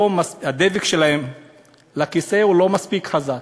הדבק שלהם לכיסא הוא לא מספיק חזק.